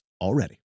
already